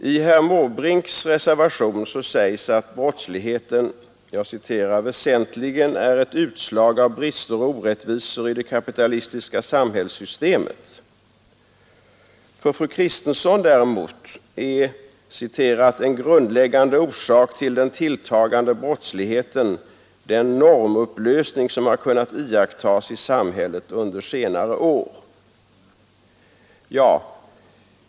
I herr Måbrinks reservation sägs att brottsligheten väsentligen är utslag av brister och orättvisor i det kapitalist fru Kristensson däremot är ”en grundläggande orsak till den tilltagande brottsligheten” den ”normupplösning som har kunnat iakttas i vårt land under senare år”.